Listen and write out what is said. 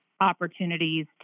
opportunities